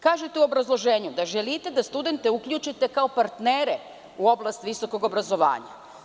Kažete u obrazloženju da želite studente da uključite kao partnere u oblast visokog obrazovanja.